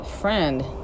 friend